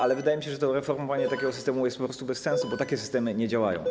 Ale wydaje mi się, że reformowanie takiego systemu jest po prostu bez sensu, bo takie systemy nie działają.